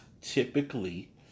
typically